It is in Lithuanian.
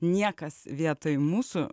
niekas vietoj mūsų